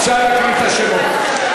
אפשר להקריא את השמות.